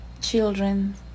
children